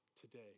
today